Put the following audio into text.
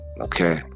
okay